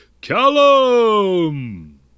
Callum